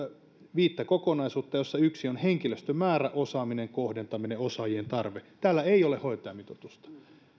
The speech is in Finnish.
viittä kokonaisuutta joista yksi on henkilöstön määrä osaaminen kohdentaminen osaajien tarve täällä ei ole hoitajamitoitusta